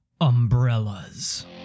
umbrellas